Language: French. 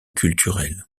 culturelles